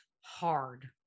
hard